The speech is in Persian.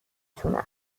تونم